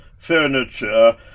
Furniture